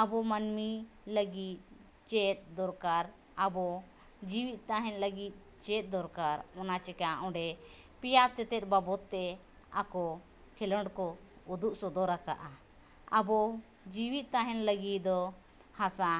ᱟᱵᱚ ᱢᱟᱹᱱᱢᱤ ᱞᱟᱜᱤᱫ ᱪᱮᱫ ᱫᱚᱨᱠᱟᱨ ᱟᱵᱚ ᱡᱤᱣᱤᱫ ᱛᱟᱦᱮᱱ ᱞᱟᱹᱜᱤᱫ ᱪᱮᱫ ᱫᱚᱨᱠᱟᱨ ᱚᱱᱟ ᱪᱤᱠᱟ ᱚᱸᱰᱮ ᱯᱮᱭᱟ ᱛᱮᱛᱮᱫ ᱵᱟᱵᱚᱫ ᱛᱮ ᱟᱠᱚ ᱠᱷᱮᱞᱚᱸᱰ ᱠᱚ ᱩᱫᱩᱜ ᱥᱚᱫᱚᱨ ᱟᱠᱟᱜᱼᱟ ᱟᱵᱚ ᱡᱤᱣᱤᱫ ᱛᱟᱦᱮᱱ ᱞᱟᱹᱜᱤᱫ ᱫᱚ ᱦᱟᱥᱟ